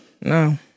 No